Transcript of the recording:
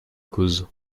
cause